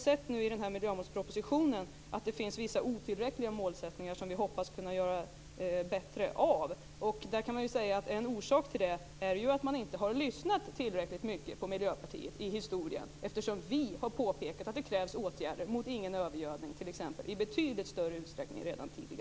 I miljömålspropositionen finns det vissa otillräckliga målsättningar som vi hoppas kunna göra bättre. En orsak till detta är att man inte har lyssnat tillräckligt mycket på Miljöpartiet. Vi påpekade redan tidigare att det krävdes åtgärder mot övergödning i betydligt större utsträckning.